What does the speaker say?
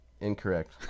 incorrect